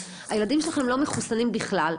הילדים שלכם לא מחוסנים בכלל,